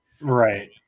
Right